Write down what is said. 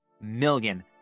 million